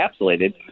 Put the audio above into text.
encapsulated